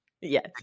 Yes